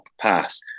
pass